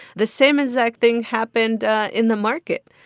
the same exact thing happened in the market.